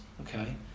Okay